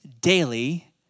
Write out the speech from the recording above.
daily